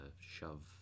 shove